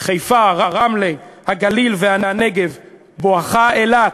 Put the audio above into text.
חיפה, רמלה, הגליל והנגב, בואכה אילת.